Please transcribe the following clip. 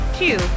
two